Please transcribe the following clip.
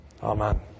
amen